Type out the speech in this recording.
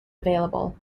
available